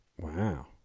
Wow